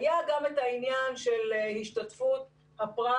היה גם את העניין של השתתפות הפרט.